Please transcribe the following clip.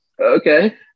Okay